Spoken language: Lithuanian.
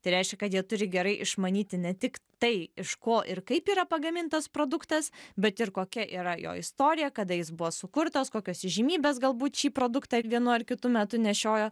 tai reiškia kad jie turi gerai išmanyti ne tik tai iš ko ir kaip yra pagamintas produktas bet ir kokia yra jo istorija kada jis buvo sukurtas kokios įžymybės galbūt šį produktą vienu ar kitu metu nešiojo